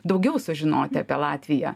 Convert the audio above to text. daugiau sužinoti apie latviją